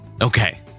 Okay